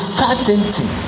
certainty